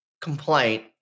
complaint